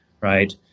right